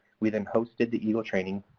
we then hosted the eagle training.